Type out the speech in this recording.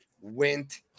went